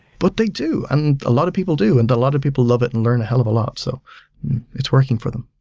but they do, and a lot of people do, and a lot of people love it and learn a hell of a lot. so it's it's working for them.